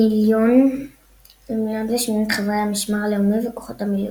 ל-1.8 מיליון חברי המשמר הלאומי וכוחות המילואים.